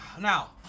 Now